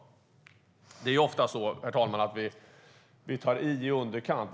Det är ju ofta så, herr talman, att vi tar i i underkant.